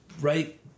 right